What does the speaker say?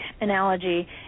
analogy